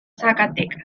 zacatecas